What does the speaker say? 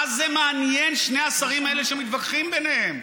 מה זה מעניין, שני השרים האלה שמתווכחים ביניהם?